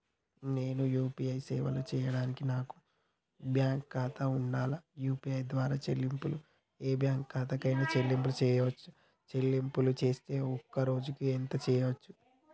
నేను యూ.పీ.ఐ సేవలను చేయడానికి నాకు బ్యాంక్ ఖాతా ఉండాలా? యూ.పీ.ఐ ద్వారా చెల్లింపులు ఏ బ్యాంక్ ఖాతా కైనా చెల్లింపులు చేయవచ్చా? చెల్లింపులు చేస్తే ఒక్క రోజుకు ఎంత చేయవచ్చు?